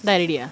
die already ah